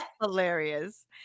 hilarious